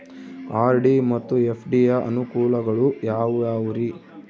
RD ಮತ್ತು FD ಯ ಅನುಕೂಲಗಳು ಯಾವ್ಯಾವುರಿ?